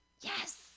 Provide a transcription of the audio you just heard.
Yes